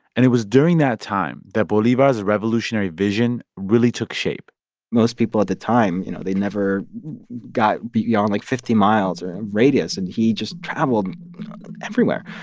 and it was during that time that bolivar's revolutionary vision really took shape most people at the time you know they never got beyond, like, fifty miles or radius. and he just traveled everywhere,